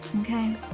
okay